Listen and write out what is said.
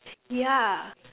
yeah